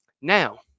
Now